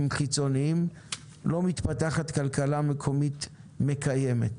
חיצוניים לא מתפתחת כלכלה מקומית מקיימת.